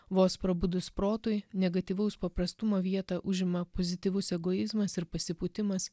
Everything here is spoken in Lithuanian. vos prabudus protui negatyvaus paprastumo vietą užima pozityvus egoizmas ir pasipūtimas